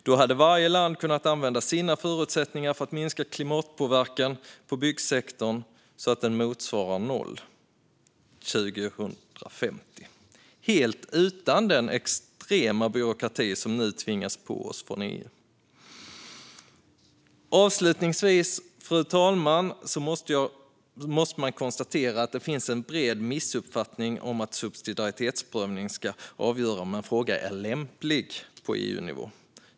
Då hade varje land kunnat använda sina förutsättningar för att minska klimatpåverkan från byggsektorn så att den motsvarar noll år 2050, helt utan den extrema byråkrati som nu tvingas på oss från EU. Avslutningsvis, fru talman, måste det konstateras att det finns en bred missuppfattning om att en subsidiaritetsprövning ska avgöra om en fråga är lämplig på EU-nivå.